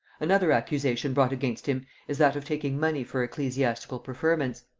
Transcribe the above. another accusation brought against him is that of taking money for ecclesiastical preferments.